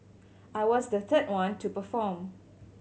I was the third one to perform